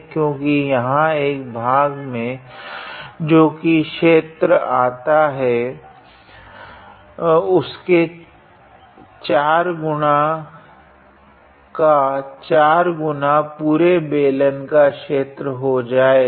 क्योकि यहाँ एक भाग में जो भी क्षेत्र आता है उसके 4 गुना का 4 गुना पुरे बेलन का क्षेत्र हो जाएगा